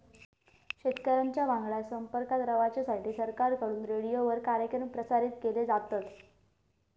शेतकऱ्यांच्या वांगडा संपर्कात रवाच्यासाठी सरकारकडून रेडीओवर कार्यक्रम प्रसारित केले जातत